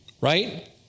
right